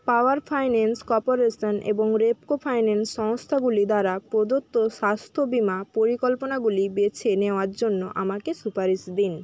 পাওয়ার finance corporation এবং Repco finance সংস্থাগুলি দ্বারা প্রদত্ত স্বাস্থ্য বিমা পরিকল্পনাগুলি বেছে নেওয়ার জন্য আমাকে সুপারিশ দিন